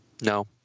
No